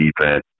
defense